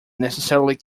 necessarily